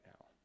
now